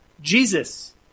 Jesus